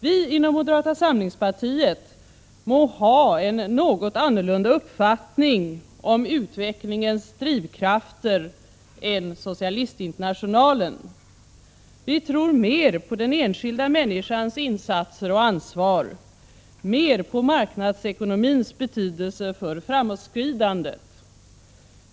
Vi inom moderata samlingspartiet må ha en något annorlunda uppfattning om utvecklingens drivkrafter än Socialistinternationalen. Vi tror mer på den enskilda människans insatser och ansvar, mer på marknadsekonomins betydelse för framåtskridandet.